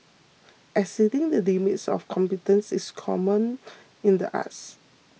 exceeding the limits of competence is common in the arts